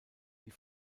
die